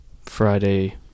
Friday